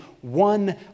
one